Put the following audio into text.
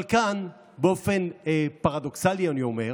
אבל כאן, באופן פרדוקסלי אני אומר,